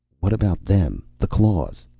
what about them? the claws.